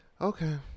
Okay